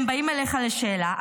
הם באים אליך לשאלה,